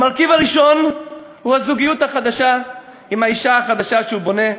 המרכיב הראשון הוא הזוגיות החדשה עם האישה החדשה שהוא בונה,